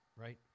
right